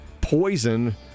poison